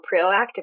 proactive